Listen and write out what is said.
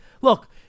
Look